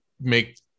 make